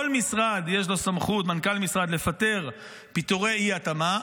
כל מנכ"ל משרד, יש לו סמכות לפטר פיטורי אי-התאמה.